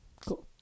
Cool